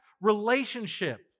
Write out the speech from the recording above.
relationship